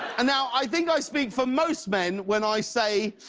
and now i think i speak for most men when i say,